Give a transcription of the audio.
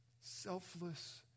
selfless